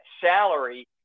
salary